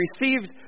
received